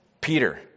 Peter